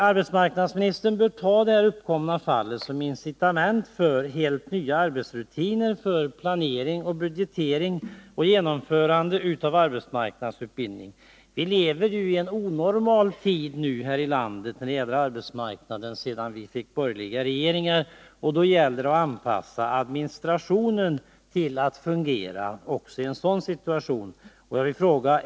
Arbetsmarknadsministern bör ta det här uppkomna fallet som incitament för helt nya arbetsrutiner för planering, budgetering och genomförande av arbetsmarknadsutbildning. Situationen på arbetsmarknaden här i landet är ju onormal sedan vi fick borgerliga regeringar, och det gäller att anpassa administrationen så att den fungerar också i en sådan situation.